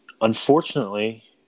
Unfortunately